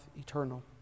eternal